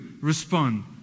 respond